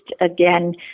again